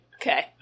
okay